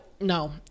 no